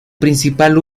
principal